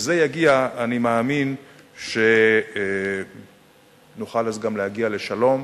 כשזה יגיע, אני מאמין שנוכל אז גם להגיע לשלום,